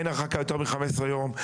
אין הרחקה יותר מ-15 יום.